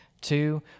Two